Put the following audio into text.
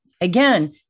Again